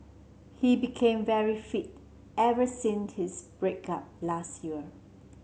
he became very fit ever since his break up last year